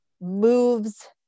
moves